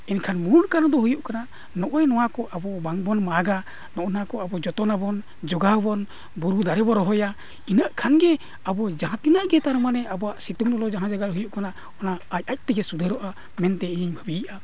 ᱮᱱᱠᱷᱟᱱ ᱢᱩᱞ ᱠᱟᱨᱚᱱ ᱫᱚ ᱦᱩᱭᱩᱜ ᱠᱟᱱᱟ ᱱᱚᱜᱼᱚᱭ ᱱᱚᱣᱟ ᱠᱚ ᱟᱵᱚ ᱵᱟᱝᱵᱚᱱ ᱢᱟᱜᱟ ᱱᱚᱜᱼᱚ ᱱᱚᱣᱟ ᱠᱚ ᱟᱵᱚ ᱡᱚᱛᱚᱱ ᱟᱵᱚᱱ ᱡᱳᱜᱟᱣ ᱟᱵᱚᱱ ᱵᱩᱨᱩ ᱫᱟᱨᱮ ᱵᱚᱱ ᱨᱚᱦᱚᱭᱟ ᱤᱱᱟᱹᱜ ᱠᱷᱟᱱ ᱜᱮ ᱟᱵᱚ ᱡᱟᱦᱟᱸ ᱛᱤᱱᱟᱹᱜ ᱜᱮ ᱛᱟᱨᱢᱟᱱᱮ ᱟᱵᱚᱣᱟᱜ ᱥᱤᱛᱩᱝᱼᱞᱚᱞᱚ ᱡᱟᱦᱟᱸ ᱡᱟᱭᱜᱟᱨᱮ ᱦᱩᱭᱩᱜ ᱠᱟᱱᱟ ᱚᱱᱟ ᱟᱡᱼᱟᱡ ᱛᱮᱜᱮ ᱥᱩᱫᱷᱟᱨᱚᱜᱼᱟ ᱢᱮᱱᱛᱮ ᱤᱧ ᱵᱷᱟᱹᱵᱤᱭᱮᱫᱼᱟ